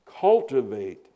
Cultivate